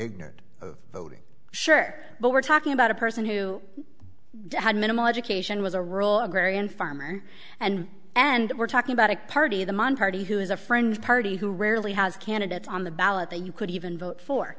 ignorant voting sure but we're talking about a person who had minimal education was a rural agrarian farmer and and we're talking about a party the party who is a fringe party who rarely has candidates on the ballot that you could even vote for